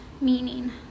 meaning